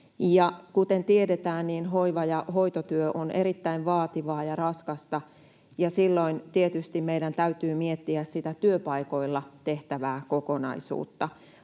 Kuten tiedetään, niin hoiva- ja hoitotyö on erittäin vaativaa ja raskasta, ja silloin tietysti meidän täytyy miettiä sitä työpaikoilla tehtävää kokonaisuutta,